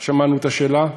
שמענו את השאלה.